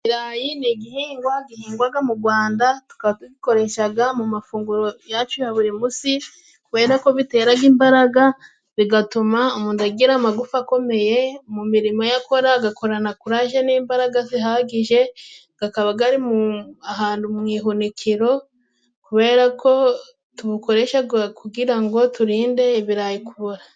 Ikirayi ni igihingwa gihingwaga mu Gwanda. Tukaba tugikoreshaga mu mafunguro yacu ya buri munsi, kubera ko biteraga imbaraga, bigatuma umundu agira amagufa akomeye mu mirimo ye akora, agakorana kuraje n'imbaraga zihagije. Gakaba gari ahandu mu ihunikiro kubera ko tuwukoresha kugira ngo turinde ibirayi kubora.